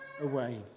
away